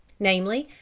namely,